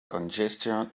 congestion